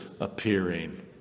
appearing